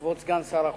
כבוד סגן שר החוץ,